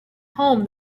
home